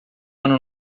ano